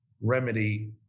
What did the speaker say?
remedy